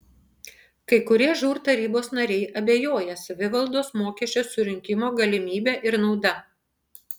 kai kurie žūr tarybos nariai abejoja savivaldos mokesčio surinkimo galimybe ir nauda